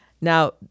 Now